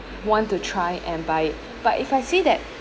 want to try and buy it but if I say that